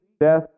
death